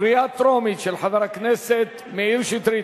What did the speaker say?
של חבר הכנסת מאיר שטרית.